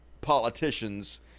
politicians